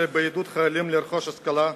אלא בעידוד החיילים לרכוש השכלה,